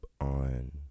on